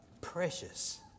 Precious